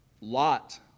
Lot